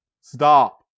Stop